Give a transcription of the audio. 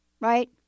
Right